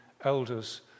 elders